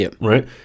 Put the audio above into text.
right